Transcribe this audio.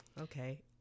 okay